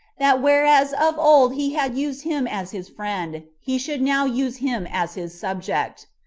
that whereas of old he had used him as his friend, he should now use him as his subject.